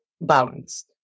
balanced